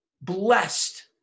blessed